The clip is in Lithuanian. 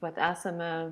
vat esame